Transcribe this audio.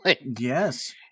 Yes